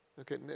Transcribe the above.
Okay